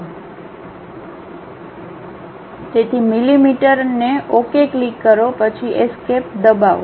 તેથી મિલિમીટર અને okay click કરો પછી એસ્કેપ દબાવો